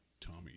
Tommy